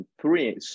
three